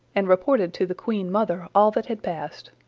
and reported to the queen-mother all that had passed.